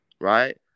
right